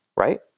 right